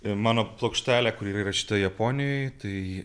ir mano plokštelė kuri yra įrašyta japonijoj tai